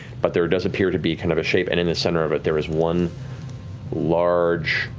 but there does appear to be kind of a shape and in the center of it there is one large,